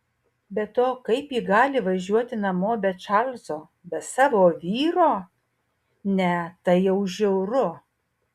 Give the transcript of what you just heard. be to kaip ji gali važiuoti namo be čarlzo be savo vyro ne tai jau žiauru